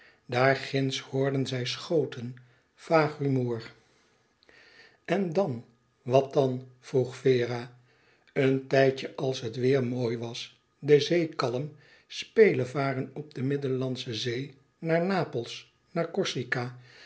daar ginds hoorden zij schoten vaag rumoer en dan wat dan vroeg vera een tijdje als het weêr mooi was de zee kalm spelevaren op de middellandsche zee naar napels naar corsica